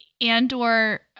Andor